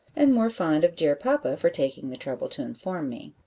and more fond of dear papa for taking the trouble to inform me.